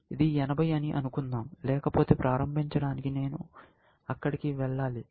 ఇది 80 అని అనుకుందాం లేకపోతే ప్రారంభించడానికి నేను అక్కడికి వెళ్ళాలి